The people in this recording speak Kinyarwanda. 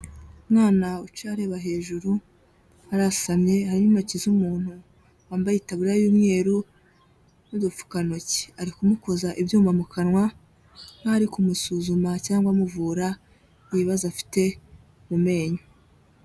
Umwana wicaye areba hejuru, arasamye, hari n'intoki z'umuntu wambaye itaburiya y'umweru n'udupfukantoki, ari kumukoza ibyuma mu kanwa nkaho ari kumusuzuma cyangwa amuvura ibibazo afite mu menyo.